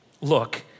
Look